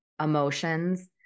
emotions